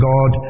God